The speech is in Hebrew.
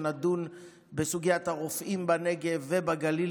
שנדון בסוגיית הרופאים בנגב ובגליל,